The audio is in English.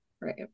Right